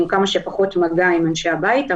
תוך כמה שפחות מגע עם אנשי הבית.